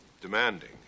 demanding